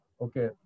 Okay